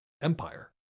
empire